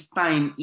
time